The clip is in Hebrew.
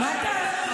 מה היה?